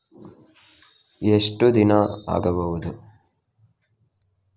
ಎಷ್ಟು ದಿನ ಆಗ್ಬಹುದು?